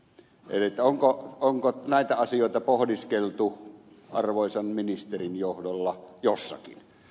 eli onko näitä asioita pohdiskeltu arvoisan ministerin johdolla jossakin